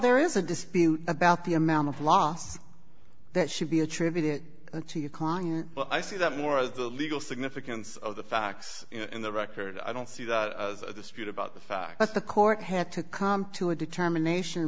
there is a dispute about the amount of loss that should be attributed to you khan but i see that more as the legal significance of the facts in the record i don't see that as a dispute about the fact that the court had to come to a determination